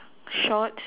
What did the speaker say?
shorts